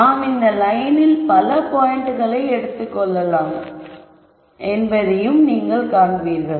நாம் இந்த லயனில் பல பாயிண்ட்களை எடுத்துக் கொள்ளலாம் என்பதை நீங்கள் காண்பீர்கள்